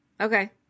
Okay